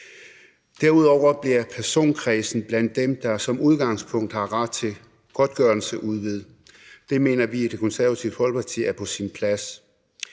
Derudover bliver personkredsen blandt dem, der som udgangspunkt har ret til godtgørelse, udvidet. Det mener vi i Det Konservative Folkeparti er på sin plads.